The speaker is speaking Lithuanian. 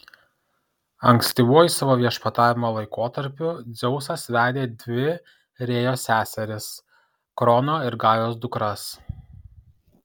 ankstyvuoju savo viešpatavimo laikotarpiu dzeusas vedė dvi rėjos seseris krono ir gajos dukras